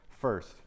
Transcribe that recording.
First